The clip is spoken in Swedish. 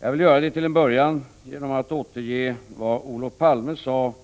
Jag vill göra det genom att till en början hänvisa till vad Olof Palme sade